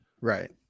Right